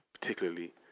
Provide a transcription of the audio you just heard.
particularly